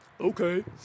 okay